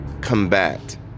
combat